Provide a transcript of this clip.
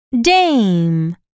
dame